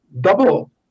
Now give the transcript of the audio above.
double